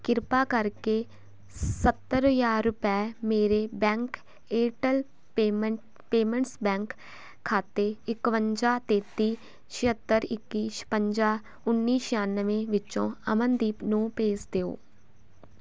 ਕਿਰਪਾ ਕਰਕੇ ਸੱਤਰ ਹਜ਼ਾਰ ਰੁਪਏ ਮੇਰੇ bank Airtel payment payments bank ਖਾਤੇ ਇਕਵੰਜਾ ਤੇਤੀ ਛਿਅੱਤਰ ਇੱਕੀ ਛਪੰਜਾ ਉੱਨੀ ਛਿਆਨਵੇ ਵਿੱਚੋਂ ਅਮਨਦੀਪ ਨੂੰ ਭੇਜ ਦਿਉ